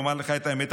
לומר לך את האמת,